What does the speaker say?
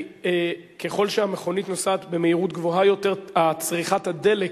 כי ככל שהמכונית נוסעת במהירות גבוהה יותר צריכת הדלק